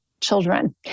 children